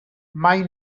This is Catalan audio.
mai